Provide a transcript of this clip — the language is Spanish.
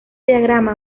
diagrama